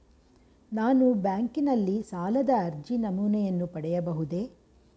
ನಾನು ಬ್ಯಾಂಕಿನಲ್ಲಿ ಸಾಲದ ಅರ್ಜಿ ನಮೂನೆಯನ್ನು ಪಡೆಯಬಹುದೇ?